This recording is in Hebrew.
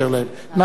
נחמן שי,